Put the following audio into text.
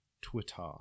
Twitter